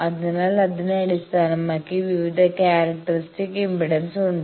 അതിനാൽ അതിനെ അടിസ്ഥാനമാക്കി വിവിധ ക്യാരക്ടറിസ്റ്റിക്സ് ഇംപെഡൻസ് ഉണ്ട്